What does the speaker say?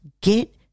get